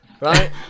right